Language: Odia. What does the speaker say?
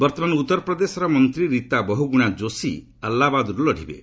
ବର୍ତ୍ତମାନ ଉତ୍ତରପ୍ରଦେଶର ମନ୍ତ୍ରୀ ରିତା ବହୁଗୁଣା ଯୋଶୀ ଆହ୍ଲାବାଦରୁ ଲଢ଼ିବେ